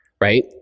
right